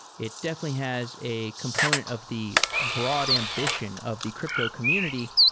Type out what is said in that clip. it definitely has a component of the broad ambition of the crypto community,